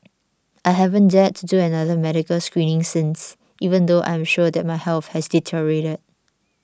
I haven't dared to do another medical screening since even though I am sure that my health has deteriorated